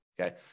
Okay